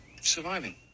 surviving